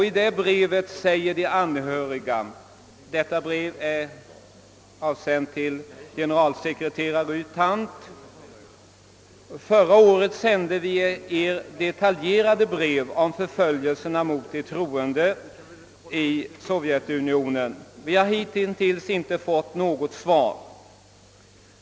I brevet, som är ställt till generalsekreterare U Thant, skriver de anhöriga: »Förra året sände vi Er detaljerade brev om förföljelser mot de troende i EHB , som bor inom SSSR:s territorium. Vi har hittills inte fått något svar.